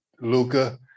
Luca